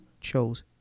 chose